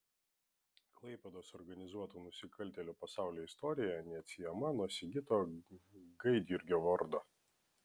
klaipėdos organizuotų nusikaltėlių pasaulio istorija neatsiejama nuo sigito gaidjurgio vardo